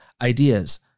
ideas